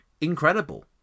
incredible